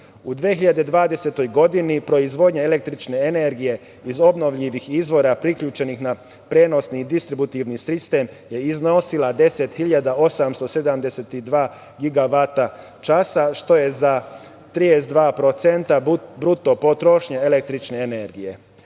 U 2020. godini, proizvodnja električne energije iz obnovljivih izvora priključenih na prenosni distributivni sistem je iznosila 10.872 gigavata časa, što je za 32% bruto potrošnje električne energije. Poštovani